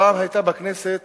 פעם היתה בכנסת